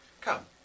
Come